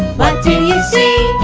what do you see?